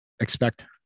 expect